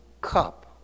cup